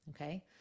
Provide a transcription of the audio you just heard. okay